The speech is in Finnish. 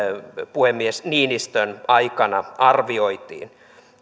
puhemies niinistön aikana arvioitiin